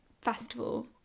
festival